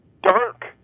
dark